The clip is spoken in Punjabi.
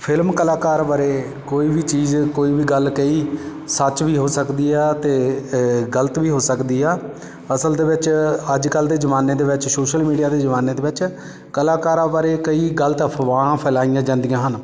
ਫਿਲਮ ਕਲਾਕਾਰ ਬਾਰੇ ਕੋਈ ਵੀ ਚੀਜ਼ ਕੋਈ ਵੀ ਗੱਲ ਕਹੀ ਸੱਚ ਵੀ ਹੋ ਸਕਦੀ ਆ ਅਤੇ ਗਲਤ ਵੀ ਹੋ ਸਕਦੀ ਆ ਅਸਲ ਦੇ ਵਿੱਚ ਅੱਜ ਕੱਲ੍ਹ ਦੇ ਜ਼ਮਾਨੇ ਦੇ ਵਿੱਚ ਸੋਸ਼ਲ ਮੀਡੀਆ ਦੇ ਜ਼ਮਾਨੇ ਦੇ ਵਿੱਚ ਕਲਾਕਾਰਾਂ ਬਾਰੇ ਕਈ ਗਲਤ ਅਫ਼ਵਾਹਾਂ ਫੈਲਾਈਆਂ ਜਾਂਦੀਆਂ ਹਨ